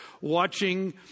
watching